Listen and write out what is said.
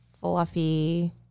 fluffy